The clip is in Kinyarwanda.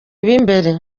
b’imbere